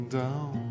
down